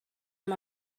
amb